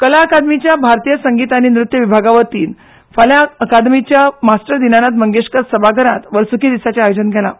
कला अकादमीच्या भारतीय संगीत आनी नृत्य विभागावतीन फाल्यां कला अकादमींतल्या मास्टर दिनानाथ मंगेशकार सभाघरांत वर्सुकी दिसाचे आयोजन केलां